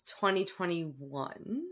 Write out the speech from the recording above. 2021